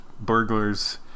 burglars